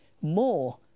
more